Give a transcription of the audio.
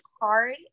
hard